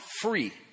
free